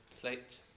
plate